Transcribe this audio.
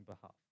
behalf